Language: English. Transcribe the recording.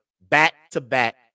back-to-back